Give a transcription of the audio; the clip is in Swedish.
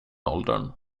åldern